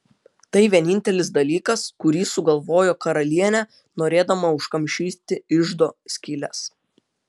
tai vienintelis dalykas kurį sugalvojo karalienė norėdama užkamšyti iždo skyles